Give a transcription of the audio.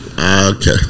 Okay